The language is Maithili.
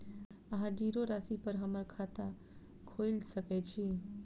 अहाँ जीरो राशि पर हम्मर खाता खोइल सकै छी?